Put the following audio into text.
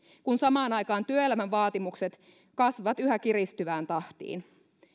kun samaan aikaan työelämän vaatimukset kasvavat yhä kiristyvään tahtiin